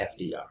FDR